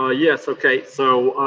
ah yes, okay. so,